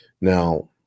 Now